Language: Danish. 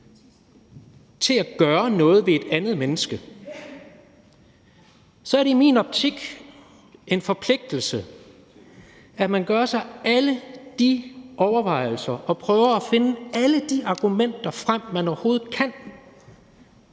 til at gøre noget ved et andet menneske, er det i min optik en forpligtelse, at man gør sig alle de overvejelser og prøver at finde alle de argumenter frem, man overhovedet kan,